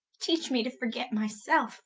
teach me to forget my selfe